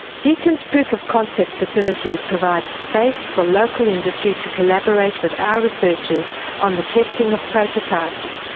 deakin's proof of concept facility provides space for local industry to collaborate with our researchers on the testing of prototypes,